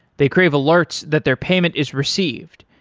they crave alerts that their payment is received.